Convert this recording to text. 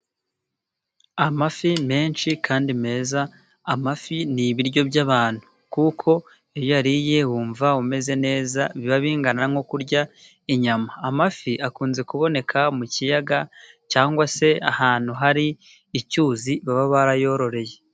Amafi menshi kandi meza, amafi ni ibiryo by'abantu, kuko iyo uyariye wumva umeze neza, biba bingana nko kurya inyama. Amafi akunze kuboneka mu kiyaga cyangwa se ahantu hari icyuzi, baba barayororeye.